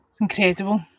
Incredible